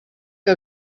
que